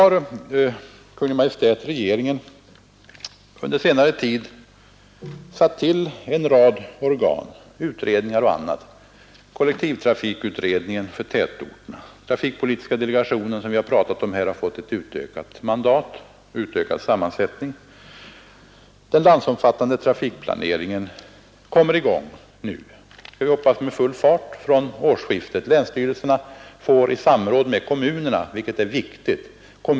Regeringen har under senare tid tillsatt en rad organ, utredningar och annat, t.ex. kollektivtrafikutredningen för tätorterna. Trafikpolitiska delegationen har fått utökat mandat och utökad sammansättning. Den landsomfattande trafikplaneringen skall komma i gång med full fart från årsskiftet, hoppas vi. Länsstyrelserna skall samråda med kommunerna, vilket är viktigt.